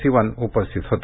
सिवन उपस्थित होते